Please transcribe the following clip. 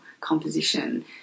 composition